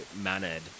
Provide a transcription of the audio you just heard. mannered